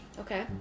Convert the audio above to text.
okay